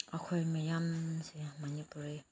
ꯑꯩꯈꯣꯏ ꯃꯌꯥꯝꯁꯦ ꯃꯅꯤꯄꯨꯔꯤ